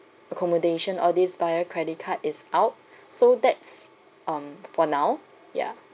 accommodation all these via credit card is out so that's um for now ya